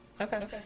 Okay